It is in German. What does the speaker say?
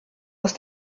ist